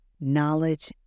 knowledge